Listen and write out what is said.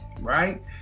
right